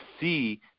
see